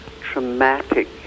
traumatic